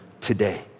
today